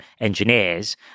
engineers